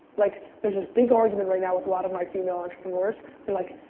like, there's this big argument right now with a lot of my female entrepreneurs. they're like,